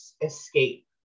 escape